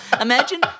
Imagine